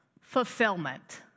fulfillment